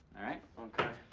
all right? okay.